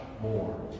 more